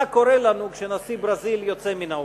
מה קורה לנו כשנשיא ברזיל יוצא מן האולם?